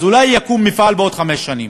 אז אולי יקום מפעל בעוד חמש שנים.